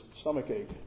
stomachache